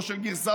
לא של גרסאות,